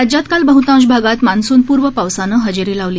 राज्यात काल बहतांश भागात मान्सूनपूर्व पावसानं हजेरी लावली